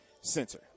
center